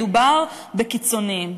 מדובר בקיצונים,